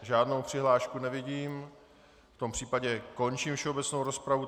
Žádnou přihlášku nevidím, v tom případě končím všeobecnou rozpravu.